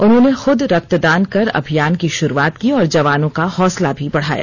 उन्होंने खूद रक्तदान कर अभियान की शुरुआत की और जवानों का हौसला भी बढ़ाया